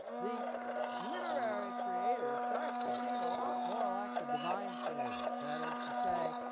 the literary creator starts to seem a lot more like the divine creator, that is to say,